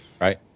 right